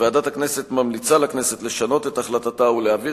ועדת הכנסת ממליצה לכנסת לשנות את החלטתה ולהעביר